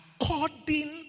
according